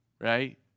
right